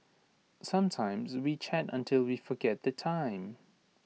sometimes we chat until we forget the time